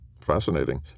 Fascinating